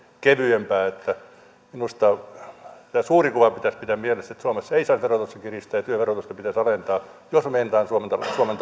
kevyempää minusta tämä suuri kuva pitäisi pitää mielessä että suomessa ei saa verotusta kiristää ja työn verotusta pitäisi alentaa jos me meinaamme suomen